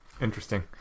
Interesting